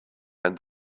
and